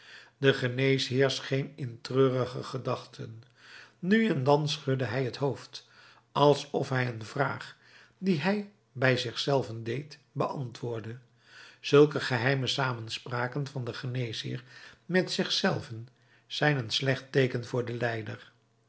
de geneesheer scheen in treurige gedachten nu en dan schudde hij het hoofd alsof hij een vraag die hij bij zich zelven deed beantwoordde zulke geheime samenspraken van den geneesheer met zich zelven zijn een slecht teeken voor den lijder